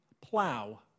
plow